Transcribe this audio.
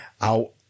out